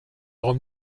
robe